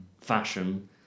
fashion